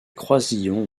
croisillons